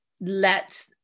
let